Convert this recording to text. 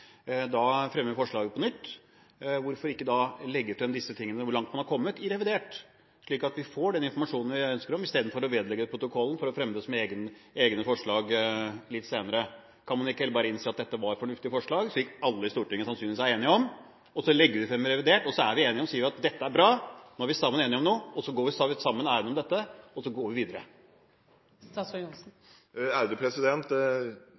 da fremmer forslaget på nytt – hvorfor ikke da legge frem disse tingene, så langt man har kommet, i revidert, slik at vi får den informasjonen vi spør om, istedenfor å vedlegge det protokollen, for å fremme det som egne forslag litt senere? Kan man ikke heller bare innse at dette var fornuftige forslag, som alle i Stortinget sannsynligvis er enige om, og legge det frem i revidert? Så er vi enige og sier at dette er bra – nå er vi enige om noe, nå har vi et felles ærend – og så går vi videre. Det jeg tror er viktig å ha med seg, er at vi